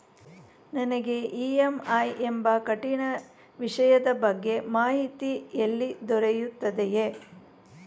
ನನಗೆ ಇ.ಎಂ.ಐ ಎಂಬ ಕಠಿಣ ವಿಷಯದ ಬಗ್ಗೆ ಮಾಹಿತಿ ಎಲ್ಲಿ ದೊರೆಯುತ್ತದೆಯೇ?